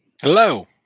Hello